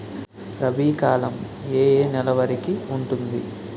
రబీ కాలం ఏ ఏ నెల వరికి ఉంటుంది?